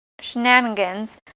shenanigans